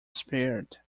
spared